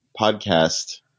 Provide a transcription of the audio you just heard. podcast